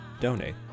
donate